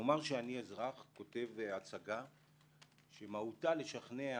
נאמר שאני כאזרח כותב הצגה שמהותה לשכנע